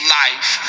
life